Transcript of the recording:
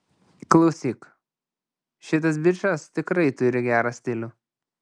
klausyk šitas bičas tikrai turi gerą stilių